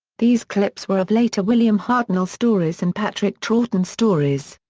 these clips were of later william hartnell stories and patrick troughton stories.